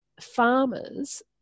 Farmers